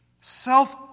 self